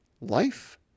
life